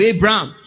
Abraham